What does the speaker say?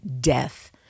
death